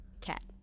cat